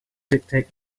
dictate